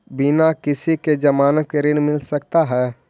बिना किसी के ज़मानत के ऋण मिल सकता है?